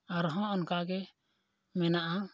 ᱟᱨᱦᱚᱸ ᱚᱱᱠᱟᱜᱮ ᱢᱮᱱᱟᱜᱼᱟ